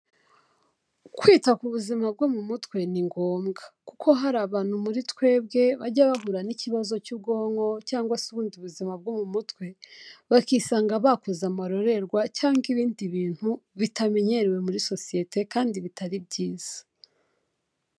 Kwita ku buzima bwo mu mutwe ni ngombwa kuko hari abantu muri twebwe, bajya bahura n'ikibazo cy'ubwonko cyangwa se ubundi buzima bwo mu mutwe, bakisanga bakoze amarorerwa cyangwa ibindi bintu bitamenyerewe muri sosiyete kandi bitari byiza.